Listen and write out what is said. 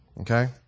okay